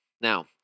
Now